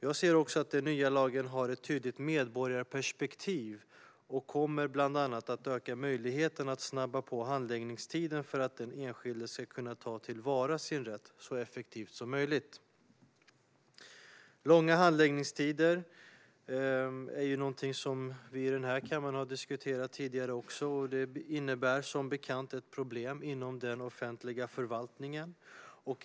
Jag ser också att den nya lagen har ett tydligt medborgarperspektiv och bland annat kommer att öka möjligheten att snabba på handläggningstiden för att den enskilde ska kunna ta till vara sin rätt så effektivt som möjligt. Långa handläggningstider, något som vi i denna kammare har diskuterat tidigare, innebär som bekant ett problem inom den offentliga förvaltningen.